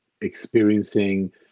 experiencing